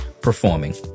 performing